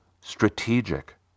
strategic